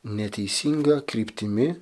neteisinga kryptimi